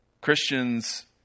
Christians